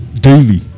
Daily